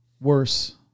worse